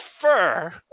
fur